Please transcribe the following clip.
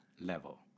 level